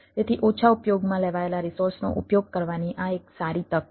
તેથી ઓછા ઉપયોગમાં લેવાયેલા રિસોર્સનો ઉપયોગ કરવાની આ એક સારી તક છે